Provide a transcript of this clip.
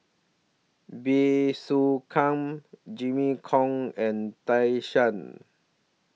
Bey Soo Khiang Jimmy Chok and Tan Shen